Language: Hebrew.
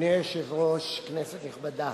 אדוני היושב-ראש, כנסת נכבדה,